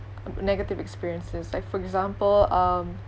negative experiences like for example um